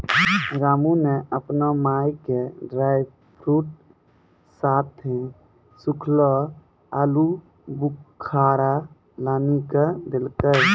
रामू नॅ आपनो माय के ड्रायफ्रूट साथं सूखलो आलूबुखारा लानी क देलकै